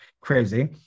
crazy